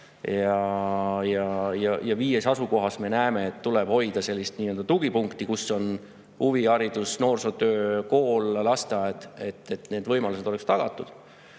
ja viies asukohas me näeme, et tuleb hoida sellist nii-öelda tugipunkti, kus on huviharidus, noorsootöö, kool, lasteaed – et need võimalused oleksid tagatud. See,